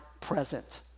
present